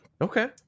Okay